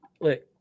Look